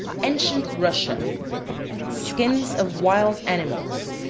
ancient russia skins of wild animals.